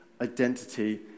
identity